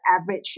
average